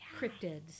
cryptids